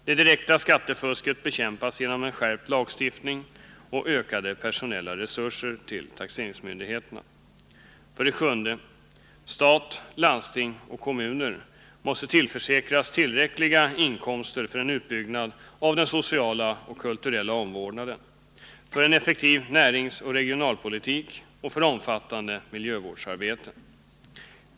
Det direkta skattefusket bekämpas genom en skärpt lagstiftning och ökade personella resurser till taxeringsmyndigheterna. 7. Stat, landsting och kommuner måste tillförsäkras tillräckliga inkomster för en utbyggnad av den sociala och kulturella omvårdnaden, för en effektiv näringsoch regionalpolitik och för omfattande miljövårdsarbeten.